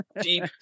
Deep